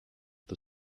the